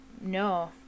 no